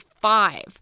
five